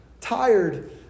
tired